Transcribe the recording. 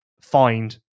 find